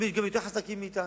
הם יותר חזקים מאתנו.